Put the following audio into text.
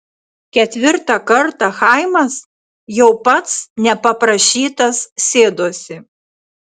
ketvirtą kartą chaimas jau pats nepaprašytas sėdosi